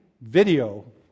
video